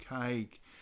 cake